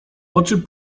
oczy